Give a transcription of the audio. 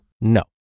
No